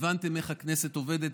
הבנתם איך הכנסת עובדת.